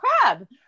crab